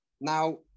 Now